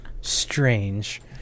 strange